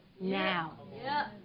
now